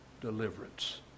deliverance